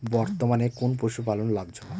বর্তমানে কোন পশুপালন লাভজনক?